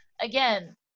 again